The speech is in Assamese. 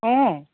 অ